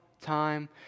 time